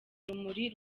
urumuri